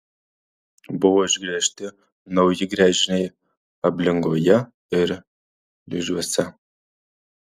buvo išgręžti nauji gręžiniai ablingoje ir ližiuose